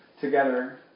together